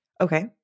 Okay